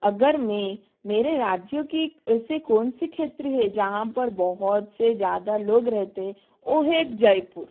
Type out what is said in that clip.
अगर मैं मेरे राज्यों की ऐसे कौन से क्षेत्र है जहाँ पर बहुत से ज़्यादा लोग रहते है वो है एक जयपुर